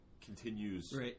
continues